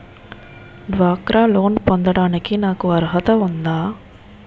డ్వాక్రా లోన్ పొందటానికి నాకు అర్హత ఉందా?